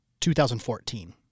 2014